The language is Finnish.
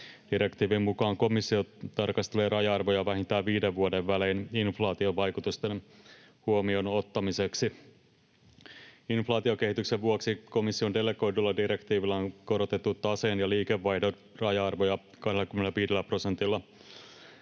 Direktiivin mukaan komissio tarkastelee raja-arvoja vähintään viiden vuoden välein inflaation vaikutusten huomioon ottamiseksi. Inflaatiokehityksen vuoksi komission delegoidulla direktiivillä on korotettu taseen ja liikevaihdon raja-arvoja 25 prosentilla.